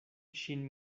ŝin